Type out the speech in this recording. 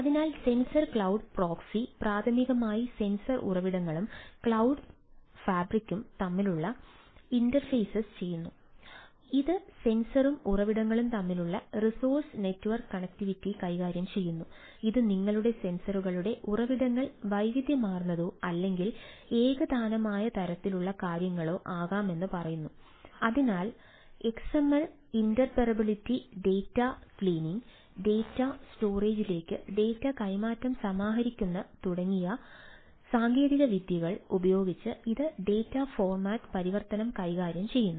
അതിനാൽ sensor cloud proxy പരിവർത്തനം കൈകാര്യം ചെയ്യുന്നു